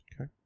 Okay